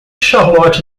charlotte